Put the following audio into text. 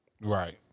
Right